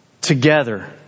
Together